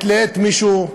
מעת לעת מישהו,